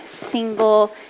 single